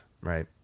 right